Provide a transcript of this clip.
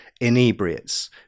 inebriates